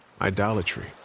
Idolatry